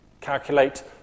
calculate